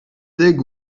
dig